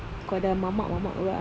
kalau dah mamak mamak juga eh